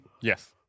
Yes